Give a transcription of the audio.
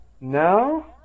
No